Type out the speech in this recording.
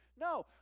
No